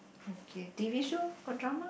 okay t_v show got drama